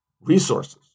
resources